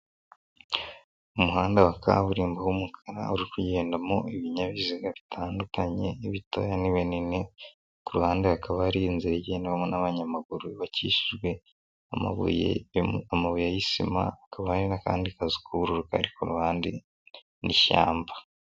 Umuhanda wa kaburimbo w'umukara uri kugendamo ibinyabiziga bitandukanye ibitoya n'ibini, ku ruhande hakaba hari inzira igenderwamo n'abanyamaguru, yubakishijwe amabuye y'isima akaba n'akandi kazi k'ubururu ku ruhande n'ishyamba.